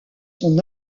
son